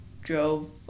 drove